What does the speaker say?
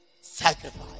Sacrifice